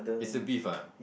it's the beef ah